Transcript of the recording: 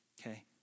okay